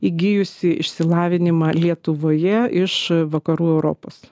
įgijusi išsilavinimą lietuvoje iš vakarų europos